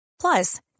Plus